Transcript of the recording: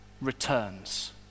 returns